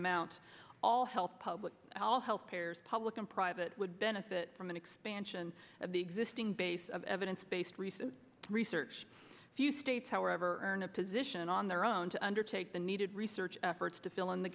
amount all health public all health care is public and private would benefit from an expansion of the existing base of evidence based recent research few states however earn a position on their own to undertake the needed research efforts to fill in the